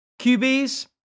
QBs